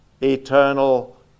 eternal